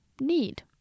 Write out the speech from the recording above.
need